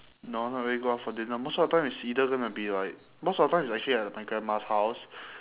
no not really go out for dinner most of the time it's either gonna be like most of the time it's actually at my grandma's house